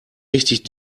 richtig